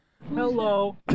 Hello